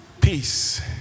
Peace